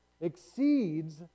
exceeds